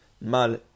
Mal